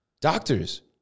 Doctors